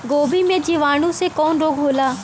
गोभी में जीवाणु से कवन रोग होला?